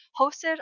hosted